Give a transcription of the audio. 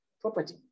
property